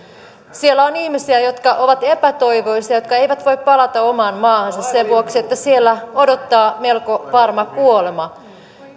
siellä on ihmisiä jotka ovat epätoivoisia jotka eivät voi palata omaan maahansa sen vuoksi että siellä odottaa melko varma kuolema